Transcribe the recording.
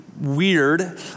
weird